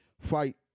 fight